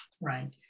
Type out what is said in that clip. right